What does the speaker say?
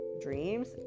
dreams